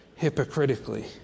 hypocritically